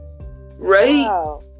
Right